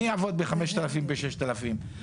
מי יעבוד בחמשת אלפים או בששת אלפים,